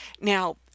Now